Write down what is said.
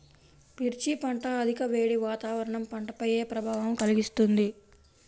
మిర్చి పంట అధిక వేడి వాతావరణం పంటపై ఏ ప్రభావం కలిగిస్తుంది?